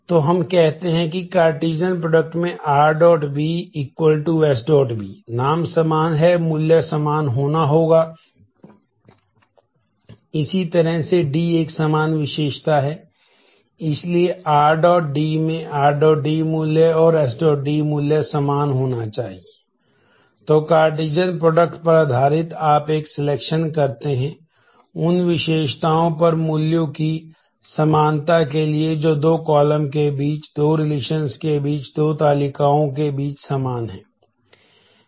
तो हम कहते हैं कि कार्टेशियन प्रोडक्ट के बीच दो तालिकाओं के बीच समान हैं